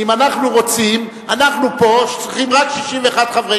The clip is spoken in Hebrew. ואם אנחנו רוצים אנחנו פה צריכים רק 61 חברי